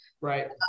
Right